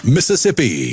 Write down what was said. Mississippi